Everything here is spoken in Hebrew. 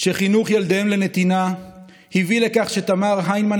שחינוך ילדיהם לנתינה הביא לכך שתמר היימן